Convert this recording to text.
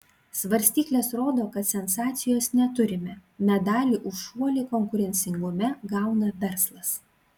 svarstyklės rodo kad sensacijos neturime medalį už šuolį konkurencingume gauna verslas